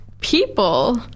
people